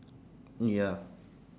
ya